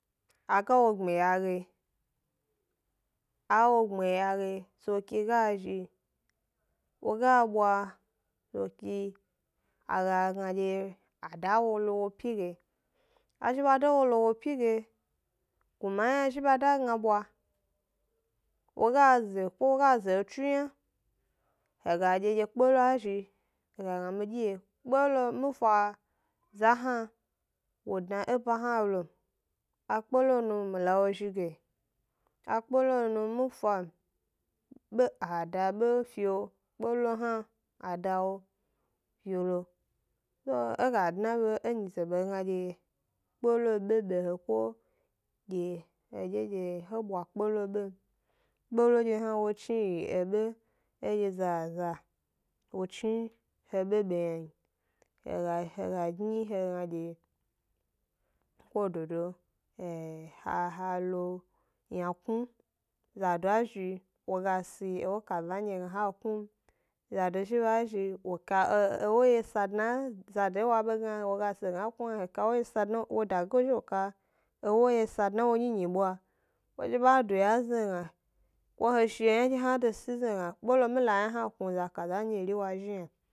A ga wo gbmiya ge, a wo gbmiya ge soki ga zhi, wo ga bwa soki, a ga gna dye a da wo lo wo pyi ge, a zhi ba da wo lo wo pyi ge, gnuma hna zhi ba da gna bwa, wo ga ze, ko wo ga ze etsu yna, he ga dye dye kpelo a zhi, he gna dye mi dye! Kpelo mi fa za hna wo dna e ba hna lo m, a kpelo nu mi la wo zhi ge, a kpelo nu mi fa m, be a da be fio, kpelo hna a da wo fi lo. So he ga dna be e nyize be he gna dye kpelo be e be he be ko dye hedye dye he bwa kpelo be m, kpelo ndye hna chni yiyi ebe ndye zaza wo chni he bebe yna n, he ga he ag gni he gnadye ko dodo he ha ha lo yna knu, zado a zhi wo ga si ewo kaza nyi he ga gna ha knu m, zado zhi ba zhi wo ka ewo ye sa dna zade wa be gna wo ga si he gna he ga ku m hna wo dageyi dye wo ka ewo ye sa dna e wo nyi nyibwa, wo zhi ba duya ezni he gna ko he shio ynadye hna e de si ezni m, he ga gna kpelo mi la yna hna knu za kaza nyi ri wa zhi yna m.